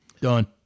Done